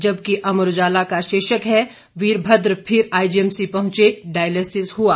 जबकि अमर उजाला का शीर्षक है वीरभद्र फिर आईजीएससी पहुंचे डायलिसिस हुआ